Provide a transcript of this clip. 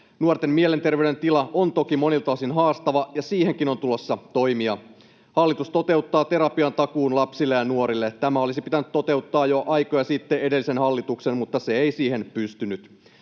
Nuorten mielenterveyden tila on toki monilta osin haastava, ja siihenkin on tulossa toimia. Hallitus toteuttaa terapiatakuun lapsille ja nuorille. Tämä olisi pitänyt toteuttaa jo aikoja sitten, edellisen hallituksen, mutta se ei siihen pystynyt.